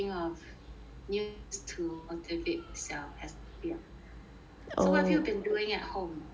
new ways to motivate myself especially at home so what have you been doing at home